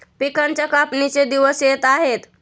पिकांच्या कापणीचे दिवस येत आहेत